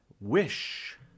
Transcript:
Wish